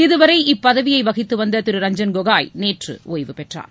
இதுவரை இப்பதவி வகித்து வந்த திரு ரஞ்சன் கோகோய் நேற்று ஒய்வு பெற்றார்